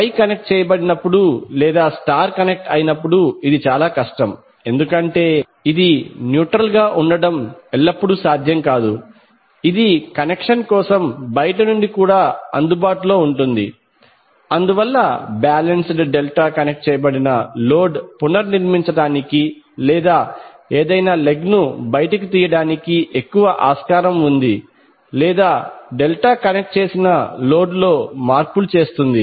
why connect చేయబడినపుడు లేదా star connect అయినప్పుడు ఇది చాలా కష్టం ఎందుకంటే ఇది న్యూట్రల్ గా ఉండటం ఎల్లప్పుడూ సాధ్యం కాదు ఇది కనెక్షన్ కోసం బయటి నుండి కూడా అందుబాటులో ఉంటుంది అందువల్ల బాలెన్స్డ్ డెల్టా కనెక్ట్ చేయబడిన లోడ్ పునర్నిర్మించటానికి లేదా ఏదైనా లెగ్ ను బయటకు తీయడానికి ఎక్కువ ఆస్కారం ఉంది లేదా డెల్టా కనెక్ట్ చేసిన లోడ్ లో మార్పులు చేస్తోంది